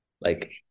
Like-